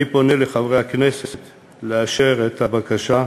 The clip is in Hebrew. אני פונה לחברי הכנסת לאשר את בקשת